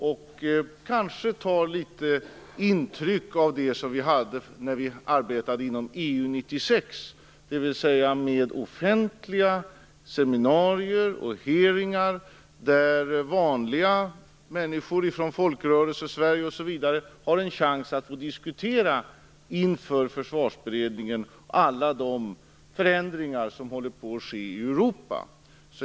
Man skulle kanske kunna ta litet intryck av det arbete vi hade inom EU 96 med offentliga seminarier och hearingar där vanliga människor från folkrörelsesverige osv. har en chans att inför Försvarsberedningen diskutera alla de förändringar som håller på att ske i Europa.